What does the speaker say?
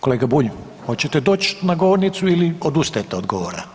Kolega Bulj hoćete doći na govornicu ili odustajete od govora?